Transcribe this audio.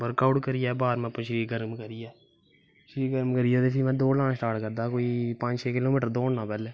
work out करियै warm up शरीर गर्म करियै शरीर गर्म करियै ते फ्ही में दौड़ शुरु करदा हा कोई पंज छे किलो मीटर दौड़ना पैह्लैं